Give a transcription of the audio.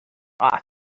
off